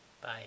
bye